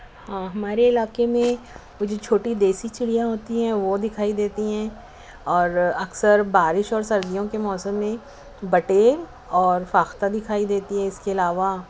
ہاں ہمارے علاقے میں وہ جو چھوٹی دیسی چڑیا ہوتی ہیں وہ دکھائی دیتی ہیں اور اکثر بارش اور سردیوں کے موسم میں بٹیر اور فاختہ دکھائی دیتی ہے اس کے علاوہ